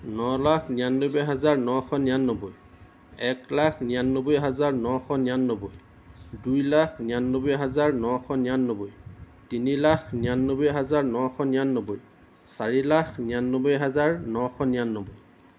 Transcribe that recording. ন লাখ নিৰান্নব্বৈ হাজাৰ নশ নিৰান্নব্বৈ এক লাখ নিৰান্নব্বৈ হাজাৰ নশ নিৰান্নব্বৈ দুই লাখ নিৰান্নব্বৈ হাজাৰ নশ নিৰান্নব্বৈ তিনি লাখ নিৰান্নব্বৈ হাজাৰ নশ নিৰান্নব্বৈ চাৰি লাখ নিৰান্নব্বৈ হাজাৰ নশ নিৰান্নব্বৈ